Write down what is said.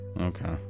Okay